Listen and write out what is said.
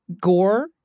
Gore